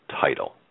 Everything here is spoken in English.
title